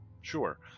Sure